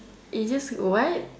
it just what